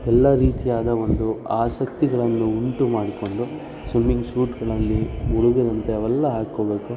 ಎಲ್ಲ ರೀತಿಯಾದ ಒಂದು ಆಸಕ್ತಿಗಳನ್ನು ಉಂಟು ಮಾಡಿಕೊಂಡು ಸ್ವಿಮ್ಮಿಂಗ್ ಸೂಟ್ಗಳಲ್ಲಿ ಮುಳಗದಂತೆ ಅವೆಲ್ಲ ಹಾಕ್ಕೊಳ್ಬೇಕು